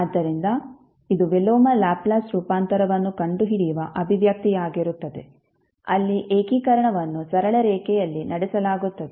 ಆದ್ದರಿಂದ ಇದು ವಿಲೋಮ ಲ್ಯಾಪ್ಲೇಸ್ ರೂಪಾಂತರವನ್ನು ಕಂಡುಹಿಡಿಯುವ ಅಭಿವ್ಯಕ್ತಿಯಾಗಿರುತ್ತದೆ ಅಲ್ಲಿ ಏಕೀಕರಣವನ್ನು ಸರಳ ರೇಖೆಯಲ್ಲಿ ನಡೆಸಲಾಗುತ್ತದೆ